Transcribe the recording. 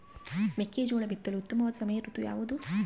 ಮೆಕ್ಕೆಜೋಳ ಬಿತ್ತಲು ಉತ್ತಮವಾದ ಸಮಯ ಋತು ಯಾವುದು?